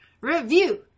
review